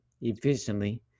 efficiently